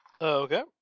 Okay